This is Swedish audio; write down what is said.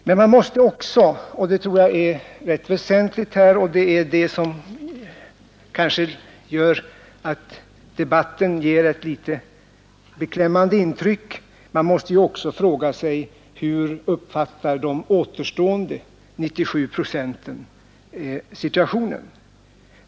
Men man måste också — och det gör att debatten ger ett litet beklämmande intryck — fråga sig: Hur uppfattar de återstående 97 procenten situationen?